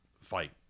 fight